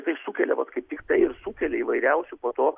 ir tai sukelia vat kaip tiktai ir sukelia įvairiausių po to